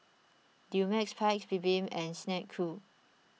Dumex Paik's Bibim and Snek Ku